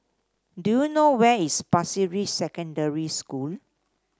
do you know where is Pasir Ris Secondary School